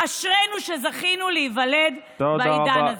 אשרינו שזכינו להיוולד בעידן הזה.